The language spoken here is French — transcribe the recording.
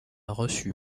reçu